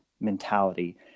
mentality